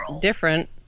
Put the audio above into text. different